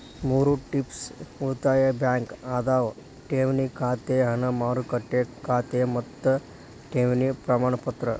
ಮೂರ್ ಟೈಪ್ಸ್ ಉಳಿತಾಯ ಬ್ಯಾಂಕ್ ಅದಾವ ಠೇವಣಿ ಖಾತೆ ಹಣ ಮಾರುಕಟ್ಟೆ ಖಾತೆ ಮತ್ತ ಠೇವಣಿ ಪ್ರಮಾಣಪತ್ರ